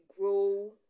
grow